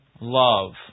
love